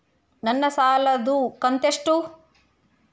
ನನ್ನ ಸಾಲದು ಕಂತ್ಯಷ್ಟು?